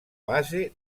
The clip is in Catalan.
base